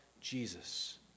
Jesus